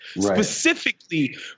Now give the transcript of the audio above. specifically